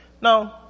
No